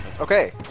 Okay